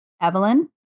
Evelyn